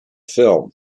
film